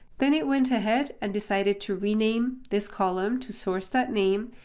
then it went ahead and decided to rename this column to source that name,